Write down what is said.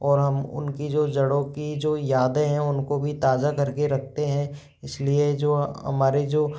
और हम उनकी जो जड़ों की जो यादें हैं उनको भी ताज़ा करके रखते हैं इसलिए जो हमारे जो